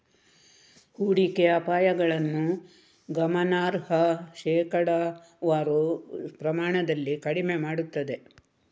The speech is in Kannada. ಹೂಡಿಕೆ ಅಪಾಯಗಳನ್ನು ಗಮನಾರ್ಹ ಶೇಕಡಾವಾರು ಪ್ರಮಾಣದಲ್ಲಿ ಕಡಿಮೆ ಮಾಡುತ್ತದೆ